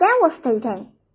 devastating